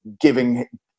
giving